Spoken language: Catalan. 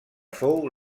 fou